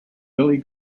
billy